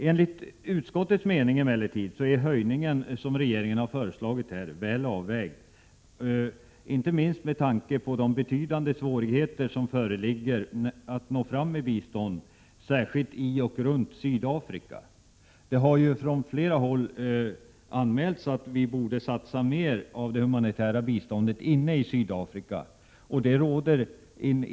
Enligt utskottets mening är den höjning som regeringen föreslagit väl avvägd, inte minst med tanke på de betydande svårigheter som föreligger att nå fram med bistånd särskilt i och runt Sydafrika. Det har från flera håll anmälts att vi borde satsa mer av det humanitära biståndet inne i Sydafrika.